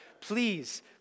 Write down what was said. please